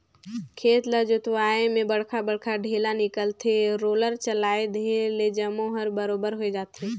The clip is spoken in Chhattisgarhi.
खेत ल जोतवाए में बड़खा बड़खा ढ़ेला निकलथे, रोलर चलाए देहे ले जम्मो हर बरोबर होय जाथे